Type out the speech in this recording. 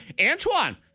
Antoine